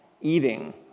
eating